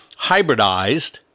hybridized